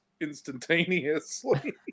instantaneously